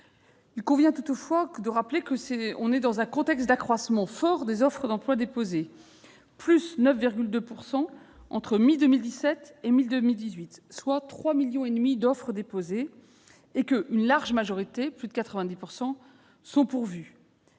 Il convient toutefois de rappeler que, dans un contexte d'accroissement fort des offres d'emploi déposées- plus 9,2 % entre la mi-2017 et la mi-2018, soit 3,5 millions d'offres déposées -, une large majorité des offres- plus de 90 % -sont pourvues.